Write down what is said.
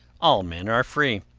all men are free.